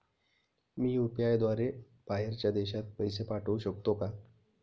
मी UPI द्वारे बाहेरच्या देशात पैसे पाठवू शकतो का?